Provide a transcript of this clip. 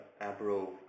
abro